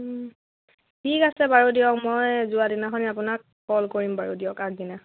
ঠিক আছে বাৰু দিয়ক মই যোৱা দিনাখনি আপোনাক কল কৰিম বাৰু দিয়ক আগদিনা